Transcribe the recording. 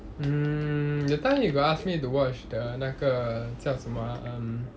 mm that time you got ask me to watch the 那个叫什么 ah um